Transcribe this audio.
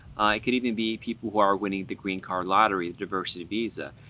could even be people who are winning the green card lottery, the diversity visa.